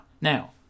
Now